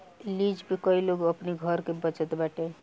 lease पे कई लोग अपनी घर के बचत बाटे